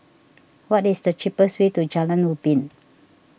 what is the cheapest way to Jalan Ubin